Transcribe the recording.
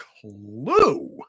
clue